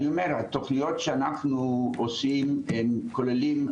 אני אומר התוכניות שאנחנו עושים הם כוללים,